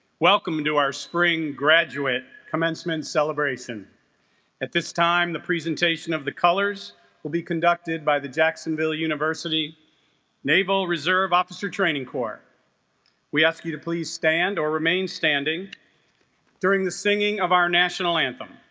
welcome to our spring graduate commencement celebration at this time the presentation of the colors will be conducted by the jacksonville university naval reserve officer training corps we ask you to please stand or remain standing during the singing of our national anthem